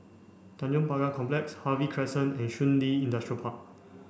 Tanjong Pagar Complex Harvey Crescent and Shun Li Industrial Park